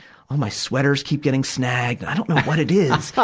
all my sweaters keep getting snagged. and i don't know what it is.